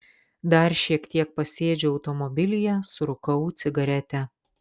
dar šiek tiek pasėdžiu automobilyje surūkau cigaretę